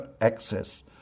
access